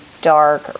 dark